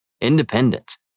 independence